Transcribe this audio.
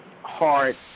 hard